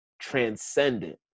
transcendent